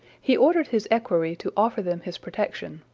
he ordered his equerry to offer them his protection,